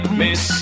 miss